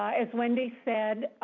as wendy said,